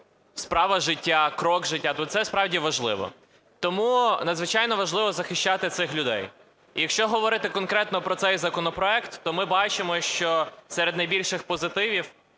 справа життя, крок життя, то справді важливо. Тому надзвичайно важливо захищати цих людей. Якщо говорити конкретно про цей законопроект, то ми бачимо, що серед найбільших позитивів